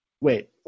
wait